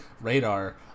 radar